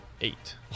eight